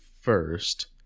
first